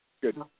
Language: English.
Good